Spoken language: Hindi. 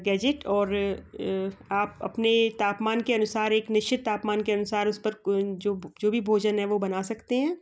गैजेट और आप अपने तापमान के अनुसार एक निश्चित तापमान के अनुसार उस पर कोई जो जो भी भोजन है वो बना सकते हैं